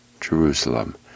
Jerusalem